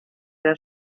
der